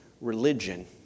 religion